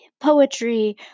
poetry